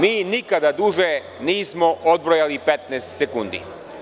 Mi nikada duže nismo odbrojali 15 sekundi.